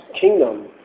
kingdom